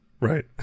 Right